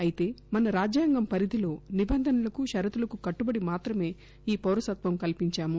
అయితే మన రాజ్యాంగం పరిధిలో నిబంధనలకు షరతులకు కట్టుబడి మాత్రమే ఈ పౌరసత్వం కల్పించాం